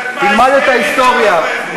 תלמד את ההיסטוריה.